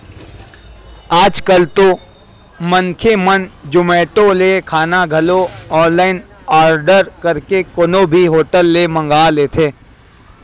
आज कल तो मनखे मन जोमेटो ले खाना घलो ऑनलाइन आरडर करके कोनो भी होटल ले मंगा लेथे